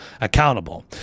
accountable